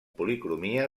policromia